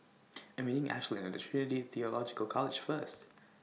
I'm meeting Ashlynn At Trinity Theological College First